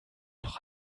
noch